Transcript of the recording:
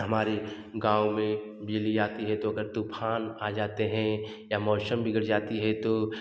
हमारे गाँव में बिजली आती है तो अगर तूफान आ जाते हैं या मौसम बिगड़ जाती है तो